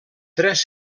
tres